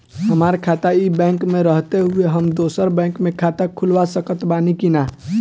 हमार खाता ई बैंक मे रहते हुये हम दोसर बैंक मे खाता खुलवा सकत बानी की ना?